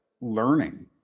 learning